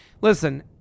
listen